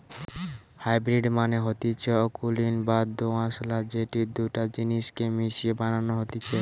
hybrid মানে হতিছে অকুলীন বা দোআঁশলা যেটি দুটা জিনিস কে মিশিয়ে বানানো হতিছে